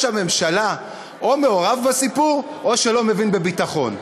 הממשלה או מעורב בסיפור או שלא מבין בביטחון,